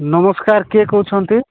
ନମସ୍କାର କିଏ କହୁଛନ୍ତି